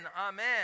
Amen